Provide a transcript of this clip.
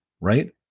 right